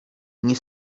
nie